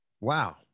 Wow